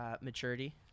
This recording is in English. maturity